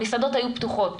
המסעדות היו פתוחות,